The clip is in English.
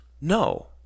No